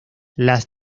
las